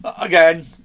Again